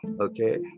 okay